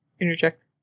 interject